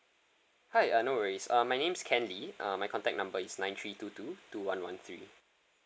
hi uh no worries uh my name's ken lee uh my contact number is nine three two two two one one three